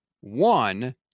one